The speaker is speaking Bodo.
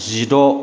जिद'